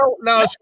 No